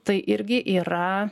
tai irgi yra